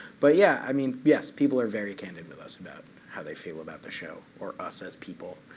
but yeah, i mean, yes, people are very candid with us about how they feel about the show or us as people,